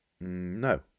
No